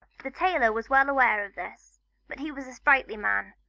the tailor was well aware of this but he was a sprightly man,